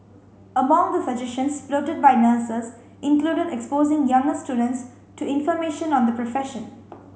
among the suggestions floated by nurses included exposing younger students to information on the profession